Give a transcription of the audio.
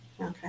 Okay